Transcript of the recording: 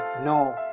no